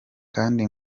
kandi